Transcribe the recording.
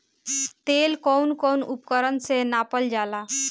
तेल कउन कउन उपकरण से नापल जाला?